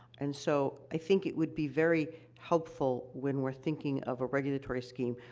and so, i think it would be very helpful, when we're thinking of a regulatory scheme,